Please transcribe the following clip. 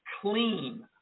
clean